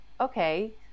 okay